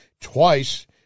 twice